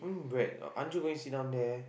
what do you mean bread aren't you going sit down there